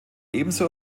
ebenso